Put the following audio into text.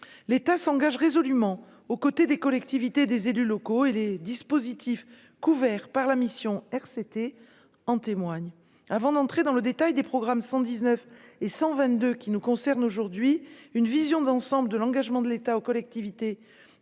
l'État s'engage résolument aux côtés des collectivités, des élus locaux et les dispositifs couverts par la mission RCT en témoigne avant d'entrer dans le détail des programmes 119 et 122 qui nous concerne aujourd'hui une vision d'ensemble de l'engagement de l'État aux collectivités,